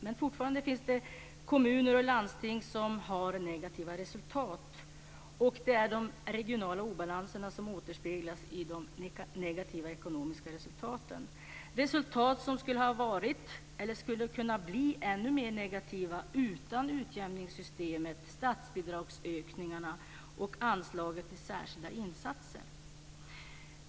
Men fortfarande finns det kommuner och landsting som har negativa resultat. Det är de regionala obalanserna som återspeglas i de negativa ekonomiska resultaten. Det är resultat som skulle ha varit eller skulle kunna bli ännu mer negativa utan utjämningssystemet, statsbidragsökningarna och anslaget till särskilda insatser.